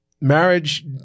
marriage